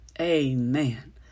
Amen